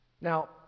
Now